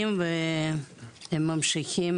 מגישים